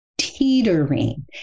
teetering